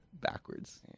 backwards